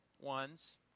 ones